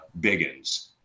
biggins